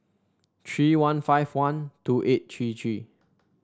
three one five one two eight three three